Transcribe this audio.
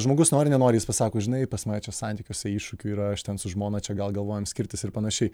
žmogus nori nenori jis pasako žinai pas mane čia santykiuose iššūkių yra aš ten su žmona čia gal galvojam skirtis ir panašiai